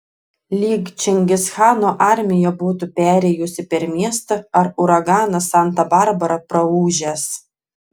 lyg čingischano armija būtų perėjusi per miestą ar uraganas santa barbara praūžęs